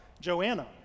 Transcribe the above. Joanna